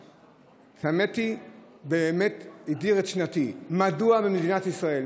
האמת היא שבאמת הדיר את שנתי: מדוע במדינת ישראל,